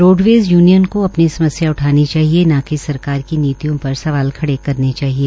roadways union को अपनी समस्या उठानी चाहिए न कि सरकार की नीतियों पर सवाल खड़े करने चाहिए